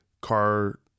car